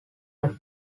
are